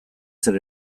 zer